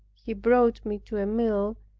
he brought me to a mill,